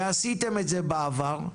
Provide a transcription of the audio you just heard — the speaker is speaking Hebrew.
ועשיתם את זה בעבר.